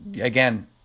Again